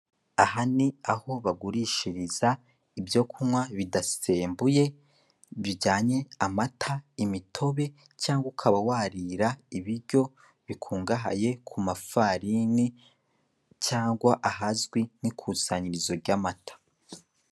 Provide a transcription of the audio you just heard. Aha ni aho bagurishiriza ibyo kunywa bidasembuye bijyanye amata, imitobe cyangwa ukaba warira ibiryo bikungahaye ku mafarini cyangwa ahazwi nk'ikusanyirizo ry'amata.